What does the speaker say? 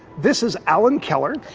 this is alan keller.